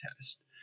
test